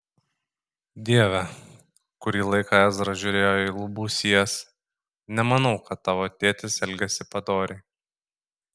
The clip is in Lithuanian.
dieve kurį laiką ezra žiūrėjo į lubų sijas nemanau kad tavo tėtis elgėsi padoriai